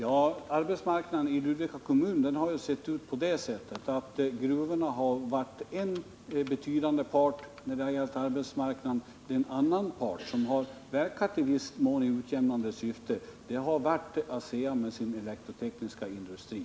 Herr talman! När det har gällt arbetsmarknaden i Ludvika kommun har gruvorna varit en betydande part. En annan part, som i viss mån har verkat i utjämnande syfte, har varit ASEA med sin elektrotekniska industri.